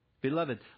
Beloved